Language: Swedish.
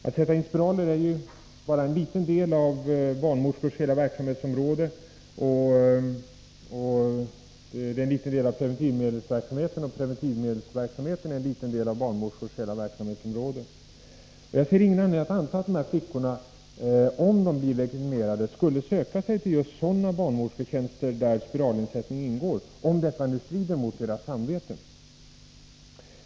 Att sätta in spiraler är ju bara en liten del av preventivmedelsverksamheten, och preventivmedelsverksamheten är en liten del av barnmorskors hela verksamhetsområde. Och jag ser ingen anledning att anta att de här flickorna, om de blir legitimerade, skulle söka sig till just sådana barnmorsketjänster där spiralinsättning ingår, ifall detta nu strider mot deras samvete.